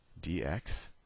dx